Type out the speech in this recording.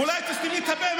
אולי תסתמי את הפה?